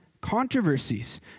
controversies